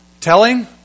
Telling